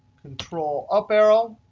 control up arrow.